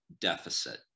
deficit